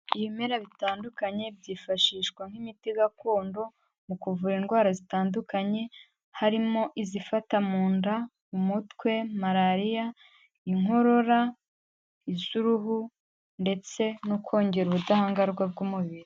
Ibimera bitandukanye byifashishwa nk'imiti gakondo mu kuvura indwara zitandukanye, harimo izifata mu nda, umutwe, Malariya, Inkorora, iz'uruhu ndetse no kongera ubudahangarwa bw'umubiri.